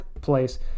place